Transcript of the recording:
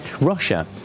Russia